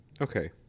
Okay